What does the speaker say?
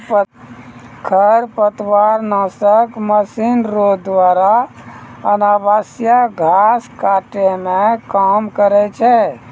खरपतवार नासक मशीन रो द्वारा अनावश्यक घास काटै मे काम करै छै